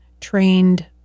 trained